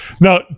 Now